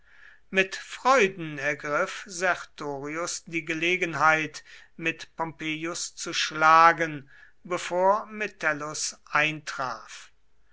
mit freuden ergriff sertorius die gelegenheit mit pompeius zu schlagen bevor metellus eintraf